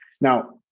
Now